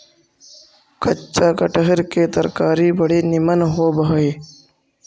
कच्चा कटहर के तरकारी बड़ी निमन होब हई